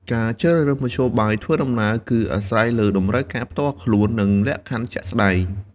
ការជ្រើសរើសមធ្យោបាយធ្វើដំណើរគឺអាស្រ័យលើតម្រូវការផ្ទាល់ខ្លួន និងលក្ខខណ្ឌជាក់ស្តែង។